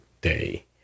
day